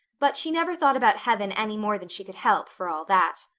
but she never thought about heaven any more than she could help, for all that.